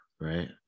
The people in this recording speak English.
right